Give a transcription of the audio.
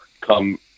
come